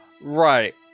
Right